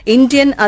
Indian